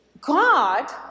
God